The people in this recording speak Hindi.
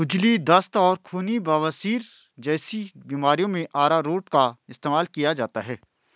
खुजली, दस्त और खूनी बवासीर जैसी बीमारियों में अरारोट का इस्तेमाल किया जाता है